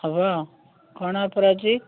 ହେଉ କଣ ଅଫର୍ ଅଛି